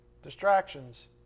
distractions